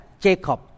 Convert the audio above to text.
Jacob